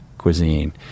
cuisine